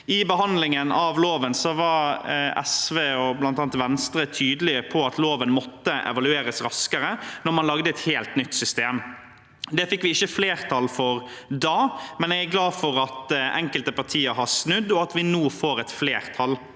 I behandlingen av loven var SV og bl.a. Venstre tydelige på at loven måtte evalueres raskere når man lagde et helt nytt system. Det fikk vi ikke flertall for da, men jeg er glad for at enkelte partier har snudd, og at vi nå får et flertall.